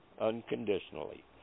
unconditionally